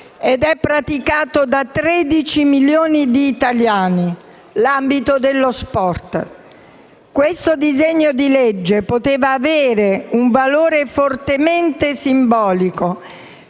ed è praticato da 13 milioni di italiani. Questo disegno di legge poteva avere un valore fortemente simbolico,